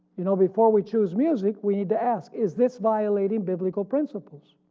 you know before we choose music we need to ask is this violating biblical principles?